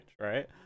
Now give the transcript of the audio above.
right